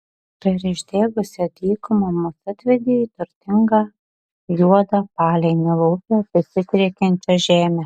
per išdegusią dykumą mus atvedė į turtingą juodą palei nilo upę besidriekiančią žemę